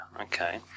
Okay